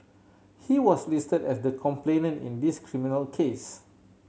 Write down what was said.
he was listed as the complainant in this criminal case